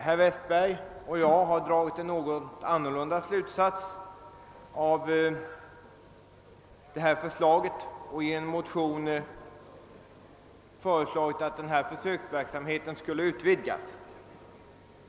Herr Westberg i Ljusdal och jag har dragit en något annorlunda slutsats av propositionens förslag och i en motion yrkat att denna försöksverksamhet utvidgas.